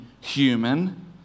human